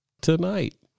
Tonight